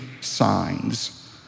signs